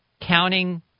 counting